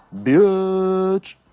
bitch